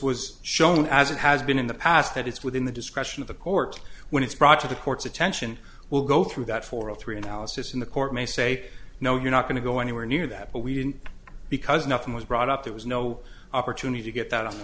was shown as it has been in the past that it's within the discretion of the court when it's brought to the court's attention we'll go through that for all three analysis in the court may say no you're not going to go anywhere near that but we didn't because nothing was brought up there was no opportunity to get that on the